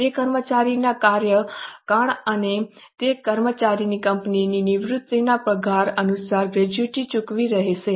તે કર્મચારીના કાર્યકાળ અને તે કર્મચારીની કંપનીના નિવૃત્તિના પગાર અનુસાર ગ્રેચ્યુઇટી ચૂકવવાની રહેશે